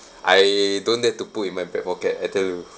I don't dare to put in my back pocket I tell you